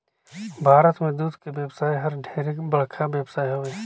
भारत में दूद के बेवसाय हर ढेरे बड़खा बेवसाय हवे